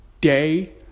day